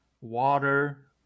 water